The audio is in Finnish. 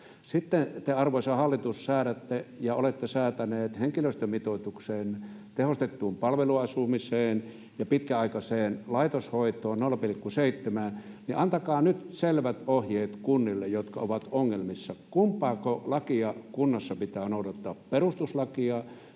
Sitten te, arvoisa hallitus, olette säätäneet tehostettuun palveluasumiseen ja pitkäaikaiseen laitoshoitoon henkilöstömitoituksen 0,7. Antakaa nyt selvät ohjeet kunnille, jotka ovat ongelmissa, kumpaako lakia kunnassa pitää noudattaa: perustuslakia,